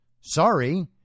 Sorry